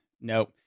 Nope